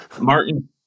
Martin